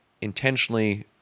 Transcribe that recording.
intentionally